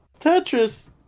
Tetris